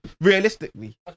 realistically